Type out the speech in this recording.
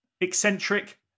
eccentric